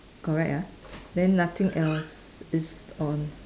correct ah then nothing else is on